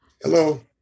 Hello